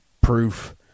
proof